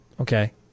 Okay